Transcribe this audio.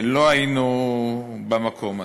לא היינו במקום הזה.